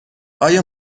آیا